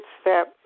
step